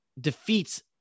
defeats